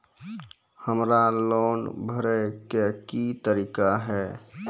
हमरा लोन भरे के की तरीका है?